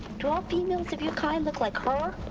do all females of your kind look like her?